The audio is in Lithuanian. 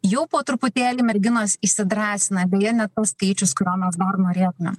jau po truputėlį merginos įsidrąsina beje ne tas skaičius kurio mes dar norėtumėm